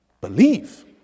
Believe